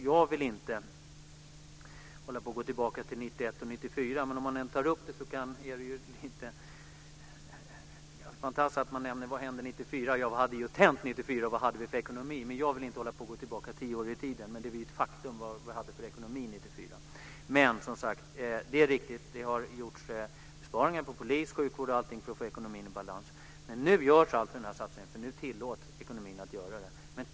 Jag vill inte gå tillbaka till 1991 och 1994, men eftersom det togs upp vill jag säga att det är fantastiskt att man nämner vad som hände 1994. Vad hade just hänt 1994? Vad hade vi för ekonomi? Jag vill inte gå tillbaka tio år i tiden, men vilken ekonomi vi hade 1994 är ett faktum. Det är riktigt att det har gjorts besparingar på t.ex. polis och sjukvård för att få ekonomin i balans. Men nu gör vi denna satsning, för nu tillåter ekonomin det.